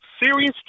Serious